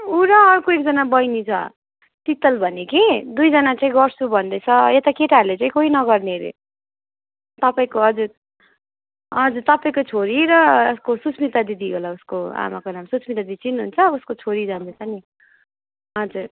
ऊ र अर्को एकजना बैनी छ शीतल भन्ने कि दुईजना चाहिँ गर्छु भन्दैछ यता केटाहरूले चाहिँ कोही नगर्ने अरे तपाईँको हजुर हजुर तपाईँको छोरी र अर्को सुस्मिता दिदी होला उसको आमाको नाम सुस्मिता दिदी चिन्नुहुन्छ उसको छोरी जाँदैछ नि हजुर